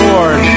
Lord